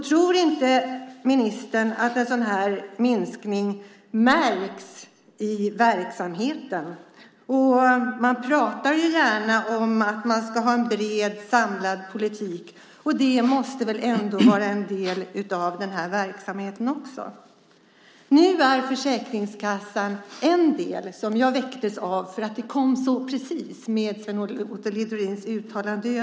Tror inte ministern att en sådan här minskning märks i verksamheten? Man pratar gärna om att man ska ha en bred, samlad politik. Det måste väl ändå vara en del också av denna verksamhet? Detta med Försäkringskassan väckte mig eftersom det kom samtidigt med Sven Otto Littorins uttalande.